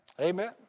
Amen